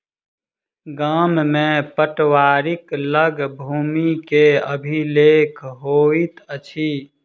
गाम में पटवारीक लग भूमि के अभिलेख होइत अछि